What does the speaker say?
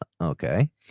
Okay